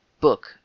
book